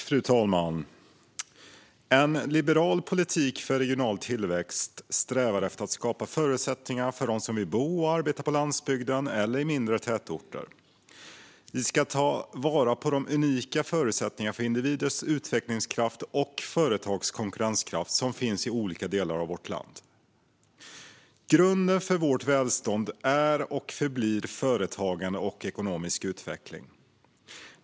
Fru talman! En liberal politik för regional tillväxt strävar efter att skapa förutsättningar för dem som vill bo och arbeta på landsbygden eller i mindre tätorter. Vi ska ta vara på de unika förutsättningar för individers utvecklingskraft och företags konkurrenskraft som finns i olika delar av vårt land. Grunden för vårt välstånd är och förblir företagande och ekonomisk utveckling.